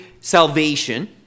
salvation